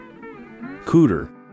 Cooter